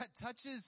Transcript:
touches